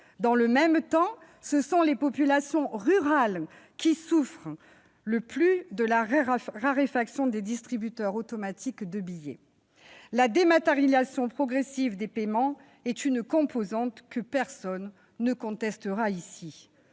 Dans le même temps, ce sont les populations rurales qui souffrent le plus de la raréfaction des distributeurs automatiques de billets. La dématérialisation progressive des paiements est une composante que personne ne contestera ici.